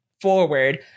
forward